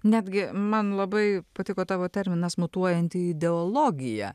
netgi man labai patiko tavo terminas mutuojanti ideologija